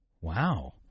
Wow